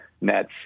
nets